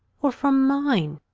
or from mine?